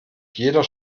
jeder